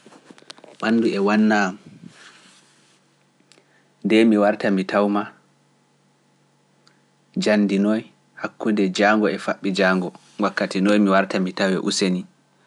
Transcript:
Ɓanndu e wannaa, nde mi warta mi taw maa, janndi noy hakkunde jaango e faɓɓi jaango, wakkati noy mi warta mi tawee useni.